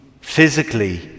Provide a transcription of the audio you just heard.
physically